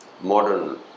modern